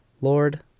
Lord